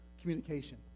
communication